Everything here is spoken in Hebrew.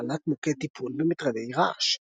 הפעלת מוקד טיפול במטרדי רעש.